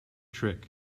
trick